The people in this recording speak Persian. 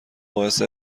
باعث